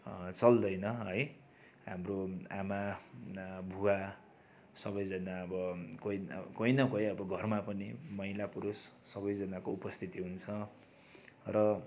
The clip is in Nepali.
चल्दैन है हाम्रो आमाबुबा सबैजना अब कोही कोही न कोही अब घरमा पनि महिला पुरुष सबैजनाको उपस्थिति हुन्छ र